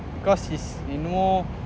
because he's you know